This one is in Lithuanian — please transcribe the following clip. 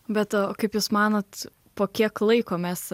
bet kaip jūs manot po kiek laiko mes